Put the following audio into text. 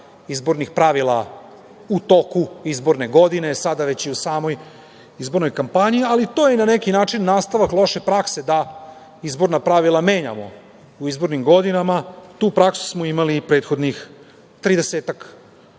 izbornih pravila u toku izborne godine, sada već i u samoj izbornoj kampanji, ali to je na neki način nastavak loše prakse da izborna pravila menjamo u izbornim godinama. Tu praksu smo imali i prethodnih